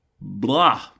Blah